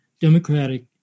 Democratic